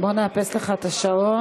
בוא נאפס לך את השעון.